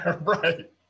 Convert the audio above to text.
Right